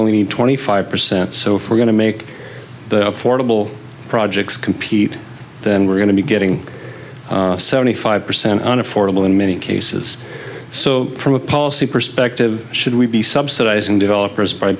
need twenty five percent so if we're going to make the affordable projects compete then we're going to be getting seventy five percent on affordable in many cases so from a policy perspective should we be subsidizing developers by